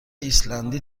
ایسلندی